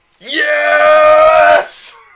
Yes